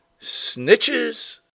Snitches